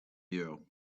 you